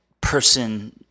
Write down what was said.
person